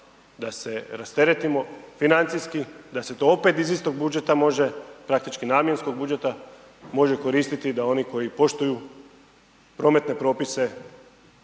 da se rasteretimo financijski, da se to opet iz istog budžeta može, praktički namjenskog budžeta može koristiti da oni koji poštuju prometne propise